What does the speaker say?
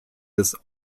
des